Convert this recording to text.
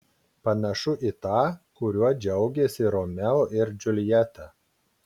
panašų į tą kuriuo džiaugėsi romeo ir džiuljeta